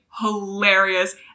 hilarious